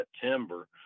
September